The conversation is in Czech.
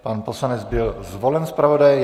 Pan poslanec byl zvolen zpravodajem.